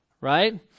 Right